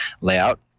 layout